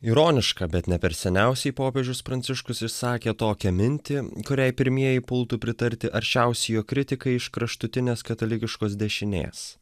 ironiška bet ne per seniausiai popiežius pranciškus išsakė tokią mintį kuriai pirmieji pultų pritarti aršiausi kritikai iš kraštutinės katalikiškos dešinės